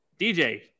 DJ